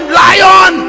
lion